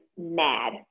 mad